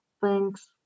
thanks